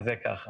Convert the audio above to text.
תודה רבה.